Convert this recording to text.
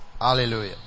hallelujah